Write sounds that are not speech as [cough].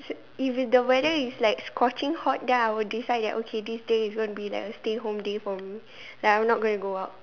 [noise] if the weather is like scorching hot then I will decide that okay this day is going to be a stay home day for me then I'm not going to go out